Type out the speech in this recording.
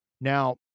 Now